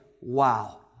wow